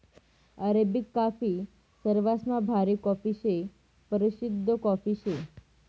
Arabic काफी सरवासमा भारी काफी शे, परशिद्ध कॉफी शे